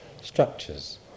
structures